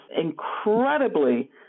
incredibly